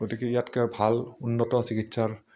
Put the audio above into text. গতিকে ইয়াতকৈ ভাল উন্নত চিকিৎসাৰ